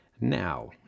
Now